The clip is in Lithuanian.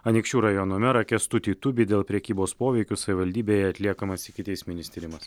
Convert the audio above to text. anykščių rajono merą kęstutį tubį dėl prekybos poveikiu savivaldybėje atliekamas ikiteisminis tyrimas